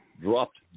dropped